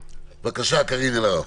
בבקשה, קארין אלהרר.